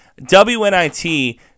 WNIT